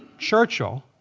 churchill,